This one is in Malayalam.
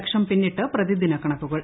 ലക്ഷം പിന്നിട്ട് പ്രതിദിന കണക്കുകൾ